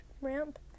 ramp